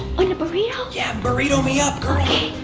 and burrito? yeah, burrito me up girl.